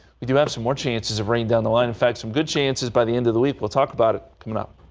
we do have some more chances of rain down the one fact some good chances by the end of the week we'll talk about coming um